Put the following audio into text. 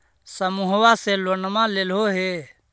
समुहवा से लोनवा लेलहो हे?